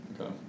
Okay